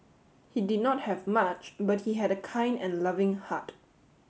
he did not have much but he had a kind and loving heart